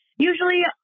Usually